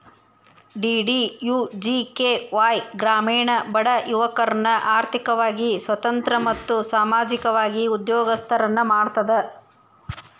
DDUGKY ಗ್ರಾಮೇಣ ಬಡ ಯುವಕರ್ನ ಆರ್ಥಿಕವಾಗಿ ಸ್ವತಂತ್ರ ಮತ್ತು ಸಾಮಾಜಿಕವಾಗಿ ಉದ್ಯೋಗಸ್ತರನ್ನ ಮಾಡ್ತದ